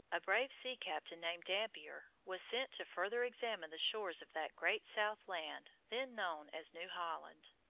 a brave sea-captain named dampier was sent to further examine the shores of that great south land then known as new holland.